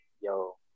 yo